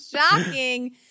Shocking